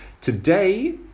Today